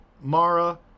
Mara